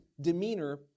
demeanor